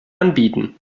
anbieten